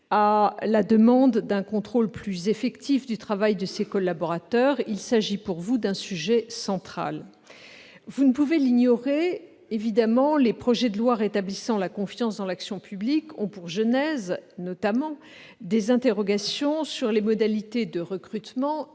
à la demande d'un contrôle plus effectif du travail de ses collaborateurs, il s'agit pour vous d'un sujet central. Vous le savez, le projet de loi et le projet de loi organique rétablissant la confiance dans l'action publique ont pour genèse, notamment, des interrogations sur les modalités de recrutement